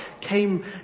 came